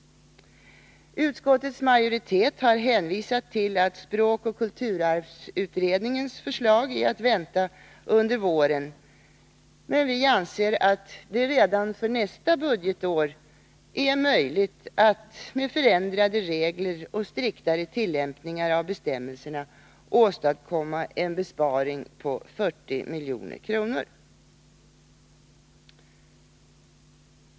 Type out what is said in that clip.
Utskottets majoritet har hänvisat till att språkoch kulturarvsutredningens förslag är att vänta under våren. Vi anser dock att det redan för nästa budgetår är möjligt att med förändrade regler och striktare tillämpningar av bestämmelserna åstadkomma en besparing på 40 milj.kr.